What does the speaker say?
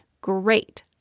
Great